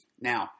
Now